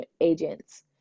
Agents